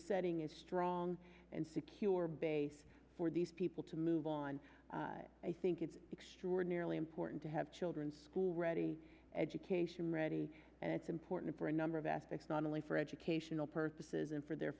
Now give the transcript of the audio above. setting is strong and secure base for these people to move on i think it's extraordinarily important to have children school ready education ready and it's important for a number of ethics not only for educational purposes and for their